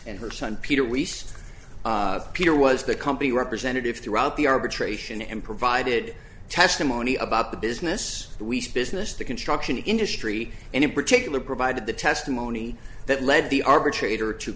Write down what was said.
and her son peter we saw peter was the company representative throughout the arbitration and provided testimony about the business week's business the construction industry and in particular provided the testimony that led the arbitrator to